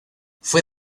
fue